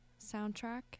soundtrack